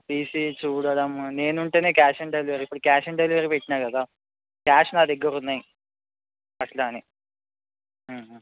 తీసి చూడడం నేను ఉంటే కాష్ ఆన్ డెలివరీ ఇప్పుడు క్యాష్ ఆన్ డెలివరీ పెట్టిన కదా క్యాష్ నా దగ్గర ఉన్నాయి అట్ల అని